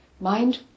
Mind